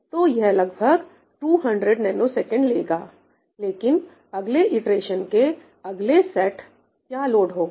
तो यह लगभग 200 ns लेगालेकिन अगले इटरेशन के अगले सेट क्या लोड होगा